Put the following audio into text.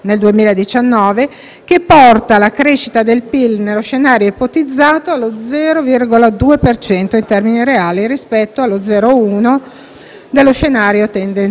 porta la crescita del PIL nello scenario ipotizzato allo 0,2 per cento in termini reali, rispetto allo 0,1 dello scenario tendenziale.